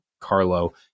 Carlo